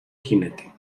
jinete